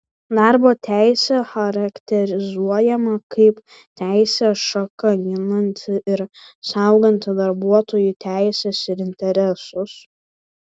darbo teisė charakterizuojama kaip teisės šaka ginanti ir sauganti darbuotojų teises ir interesus